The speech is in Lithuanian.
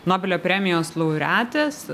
nobelio premijos laureatės